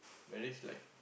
marriage life